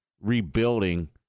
rebuilding